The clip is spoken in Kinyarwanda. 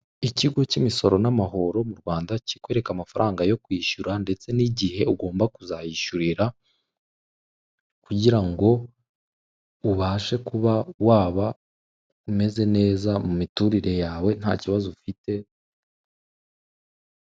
Ikigo K'imisoro n'amahoro mu Rwanda kikwereka amafaranga yo kwishyura ndetse n'igihe ugomba kuzayishyurira kugira ngo ubashe kuba waba umeze neza mu miturire yawe nta kibazo ufite.